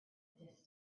distance